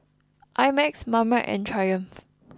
I Max Marmite and Triumph